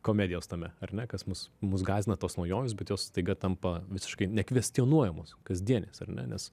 komedijos tame ar ne kas mus mus gąsdina tos naujovės bet jos staiga tampa visiškai nekvestionuojamos kasdienės ar ne nes